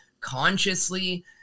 consciously